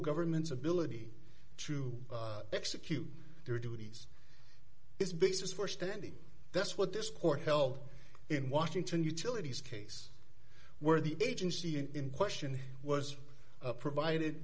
government's ability to execute their duties is basis for standing that's what this court held in washington utilities case where the agency in question was provided